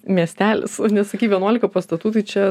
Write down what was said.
miestelis nes sakei vienuolika pastatų tai čia